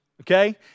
okay